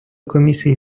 комісії